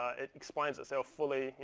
ah it explains itself fully.